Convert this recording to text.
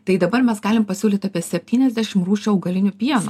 tai dabar mes galim pasiūlyt apie septyniasdešim rūšių augalinių pienų